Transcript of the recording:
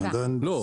לא.